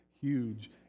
huge